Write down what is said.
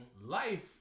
life